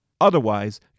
Otherwise